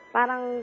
Parang